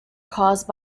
caused